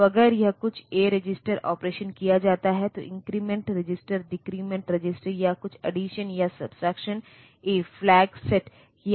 तो अगर यह कुछ A रजिस्टर ऑपरेशन किया जाता है इन्क्रीमेंट रजिस्टर डिक्रिमेंट रजिस्टर या कुछ अड्डीसन और सबस्ट्रक्शन ए 0 फ्लैग सेट किया जा सकता है